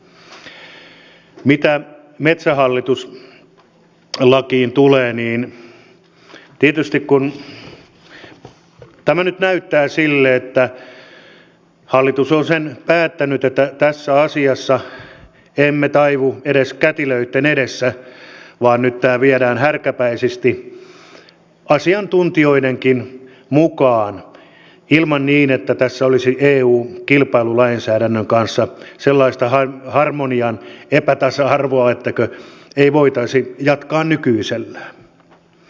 mitä metsähallitus lakiin tulee niin tämä nyt näyttää sille että hallitus on sen päättänyt että tässä asiassa emme taivu edes kätilöitten edessä vaan nyt tämä viedään härkäpäisesti asiantuntijoidenkin mukaan ilman että tässä olisi eun kilpailulainsäädännön kanssa sellaista harmonian epätasa arvoa etteikö voitaisi jatkaa nykyisellään